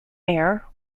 mayor